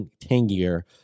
tangier